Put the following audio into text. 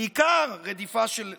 בעיקר רדיפה של ערבים,